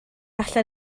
allan